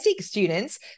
students